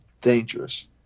dangerous